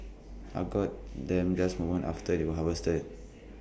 I got them just moments after they were harvested